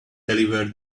deliver